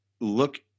look